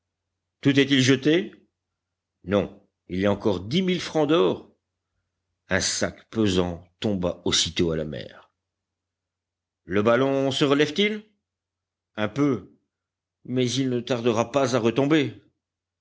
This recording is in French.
tout est-il jeté non il y a encore dix mille francs d'or un sac pesant tomba aussitôt à la mer le ballon se relève t il un peu mais il ne tardera pas à retomber